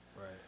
Right